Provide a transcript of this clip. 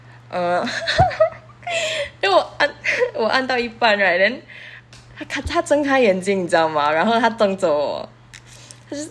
uh 因为我按我按到一半 right then 他看他睁开眼睛你知道吗然后他瞪着我 他 just